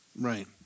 Right